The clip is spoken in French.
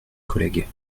collègue